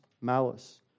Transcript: malice